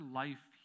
life